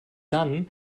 dann